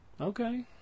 Okay